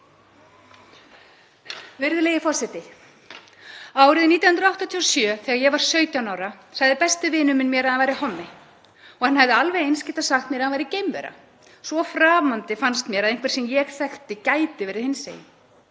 Virðulegi forseti. Árið 1987, þegar ég var 17 ára, sagði besti vinur minn mér að hann væri hommi og hann hefði alveg eins getað sagt mér að hann væri geimvera. Svo framandi fannst mér að einhver sem ég þekkti gæti verið hinsegin.